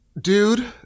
Dude